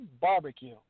barbecue